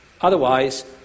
Otherwise